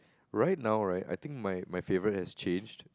right now right I think my my favourite has changed